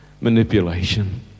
manipulation